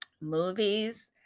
movies